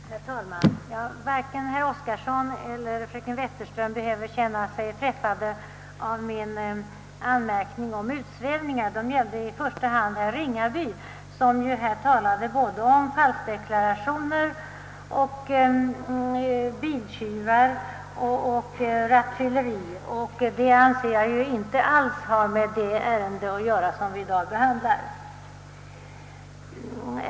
Herr talman! Varken herr Oskarson eller fröken Wetterström behöver känna sig träffade av min anmärkning om utsvävningar. Den gällde i första hand herr Ringaby, som här talade om både falskdeklarationer, biltjuvar och rattfylleri. Det anser jag inte alls har med det ärende att göra som vi i dag behandlar.